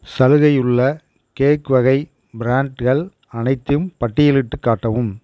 சலுகை உள்ள கேக் வகை ப்ராண்ட்கள் அனைத்தையும் பட்டியலிட்டுக் காட்டவும்